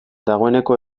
dagoeneko